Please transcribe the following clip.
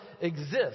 exists